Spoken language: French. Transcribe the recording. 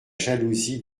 jalousie